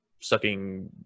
sucking